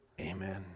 amen